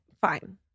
fine